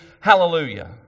hallelujah